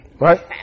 right